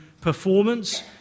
performance